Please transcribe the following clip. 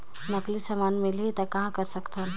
नकली समान मिलही त कहां कर सकथन?